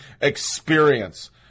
experience